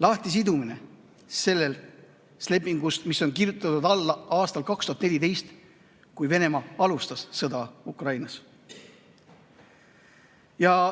lahtisidumine lepingust, mis on kirjutatud alla aastal 2014, kui Venemaa alustas sõda Ukrainas.